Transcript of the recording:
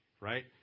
right